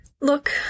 Look